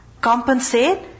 compensate